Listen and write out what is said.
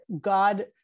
God